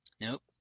Nope